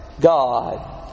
God